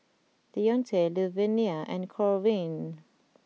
Deonte Luvenia and Corwin